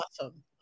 awesome